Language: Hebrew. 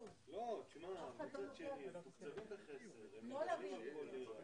לסוגיה הזאת ולא הוקצו התקציבים האמורים.